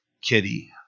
Kitty